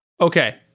Okay